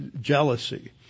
jealousy